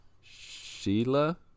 Sheila